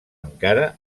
encara